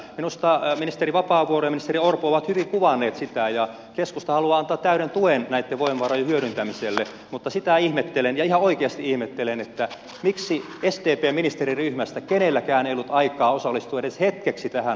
minusta ministeri vapaavuori ja ministeri orpo ovat hyvin kuvanneet sitä ja keskusta haluaa antaa täyden tuen näitten voimavarojen hyödyntämiselle mutta sitä ihmettelen ja ihan oikeasti ihmettelen miksi sdpn ministeriryhmästä kenelläkään ei ollut aikaa osallistua edes hetkeksi tähän maaseutupoliittiseen keskusteluun